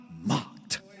mocked